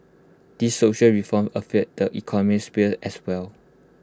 these social reforms affect the economic sphere as well